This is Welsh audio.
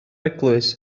eglwys